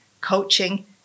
Coaching